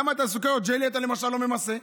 למה, למשל, סוכריות ג'לי אתה לא ממסה?